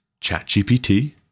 ChatGPT